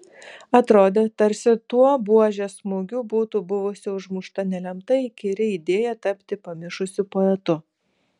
atrodė tarsi tuo buožės smūgiu būtų buvusi užmušta nelemta įkyri idėja tapti pamišusiu poetu